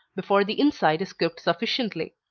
before the inside is cooked sufficiently.